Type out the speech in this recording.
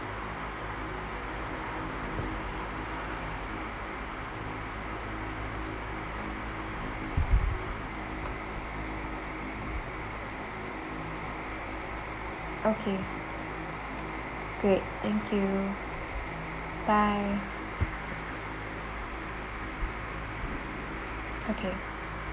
okay great thank you bye okay